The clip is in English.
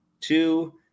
two